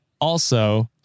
Also-